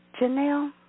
Janelle